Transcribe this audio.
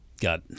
got